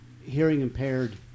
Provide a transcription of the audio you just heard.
hearing-impaired